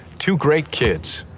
two great kids.